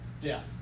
death